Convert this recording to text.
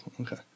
okay